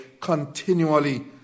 continually